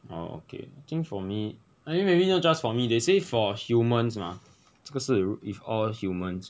!wow! okay I think for me I mean maybe not just for me they say for humans 吗这个是 if all humans